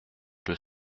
deux